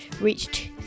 reached